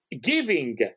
giving